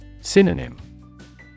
Synonym